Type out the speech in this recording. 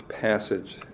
passage